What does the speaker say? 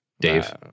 Dave